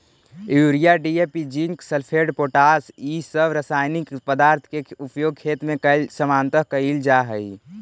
urea, DAP, zinc sulphate, potash इ सब रसायनिक पदार्थ के उपयोग खेत में सामान्यतः कईल जा हई